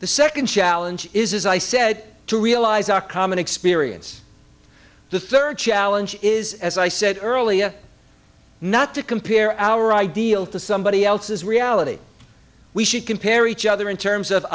the second challenge is as i said to realize our common experience the third challenge is as i said earlier not to compare our ideal to somebody else's reality we should compare each other in terms of